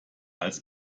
als